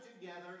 together